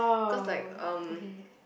cause like um